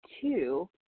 two